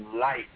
life